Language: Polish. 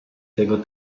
tego